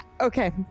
Okay